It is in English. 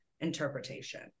interpretation